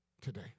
today